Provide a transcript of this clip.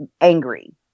angry